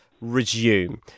resume